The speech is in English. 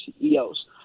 CEOs